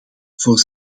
voor